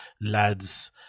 lads